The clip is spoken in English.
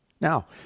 Now